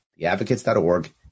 Theadvocates.org